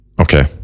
Okay